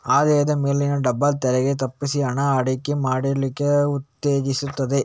ಆದಾಯದ ಮೇಲಿನ ಡಬಲ್ ತೆರಿಗೆ ತಪ್ಪಿಸಿ ಹಣ ಹೂಡಿಕೆ ಮಾಡ್ಲಿಕ್ಕೆ ಉತ್ತೇಜಿಸ್ತದೆ